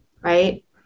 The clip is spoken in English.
right